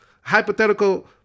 hypothetical